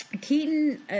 Keaton